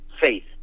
faith